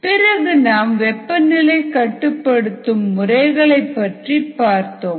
பிறகு நாம் வெப்பநிலை கட்டுப்படுத்தும் முறைகளைப் பற்றி பார்த்தோம்